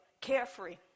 carefree